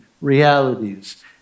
realities